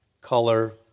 color